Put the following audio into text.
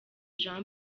jean